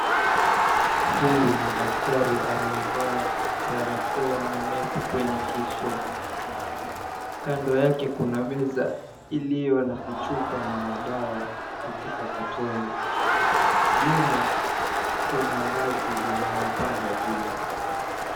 Huyu ni daktari amevaa barakoa na nepi kwenye kichwa. Kando yake kuna meza iliyo na vichupa na dawa katika katoni. Nyuma kuna ngazi inayopanda juu.